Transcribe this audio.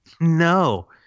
no